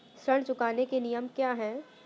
ऋण चुकाने के नियम क्या हैं?